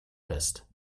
fest